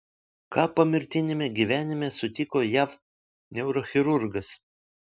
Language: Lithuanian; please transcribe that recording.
ką pomirtiniame gyvenime sutiko jav neurochirurgas